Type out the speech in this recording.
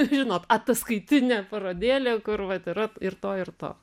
žinot ataskaitinė parodėlė kur vat yra ir to ir to